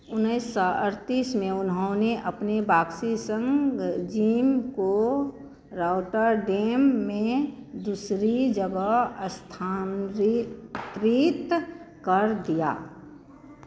उन्नीस सौ अड़तीस में उन्होंने अपने बॉक्सिन्ग ज़िम को रॉटरडैम में दूसरी जगह स्थानान्तरित कर दिया